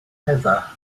heather